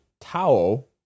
towel